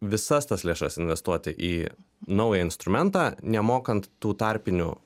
visas tas lėšas investuoti į naują instrumentą nemokant tų tarpinių